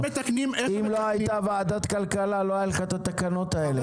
אם לא הייתה ועדת כלכלה לא היו לך התקנות האלה,